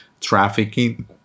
trafficking